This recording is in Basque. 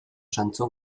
zantzu